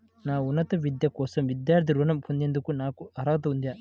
నా ఉన్నత విద్య కోసం విద్యార్థి రుణం పొందేందుకు నాకు అర్హత ఉందా?